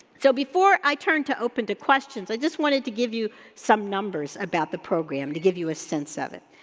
so, before i turn to open to questions, i just wanted to give you some numbers about the program to give you a sense of it.